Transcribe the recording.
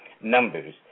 numbers